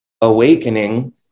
awakening